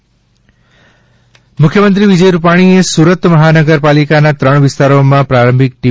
મુખ્યમંત્રી સુરત મુખ્યમંત્રી વિજય રૂપાણીએ સુરત મહાનગરપાલિકાના ત્રણ વિસ્તારોમાં પ્રારંભિક ટી